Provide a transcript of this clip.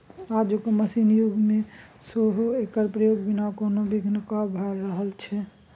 आजुक मशीनक युग मे सेहो एकर प्रयोग बिना कोनो बिघ्न केँ भ रहल छै